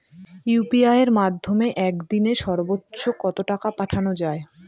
UPI এর মাধ্যমে এক দিনে সর্বচ্চ কত টাকা পাঠানো যায়?